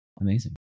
Amazing